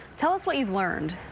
tell us what you've learned.